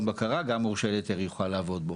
בקרה גם מורשה להיתר יכול לעבוד בו.